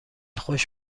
خوش